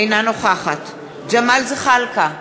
אינה נוכחת ג'מאל זחאלקה,